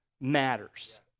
matters